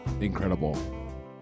incredible